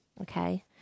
okay